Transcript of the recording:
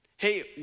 Hey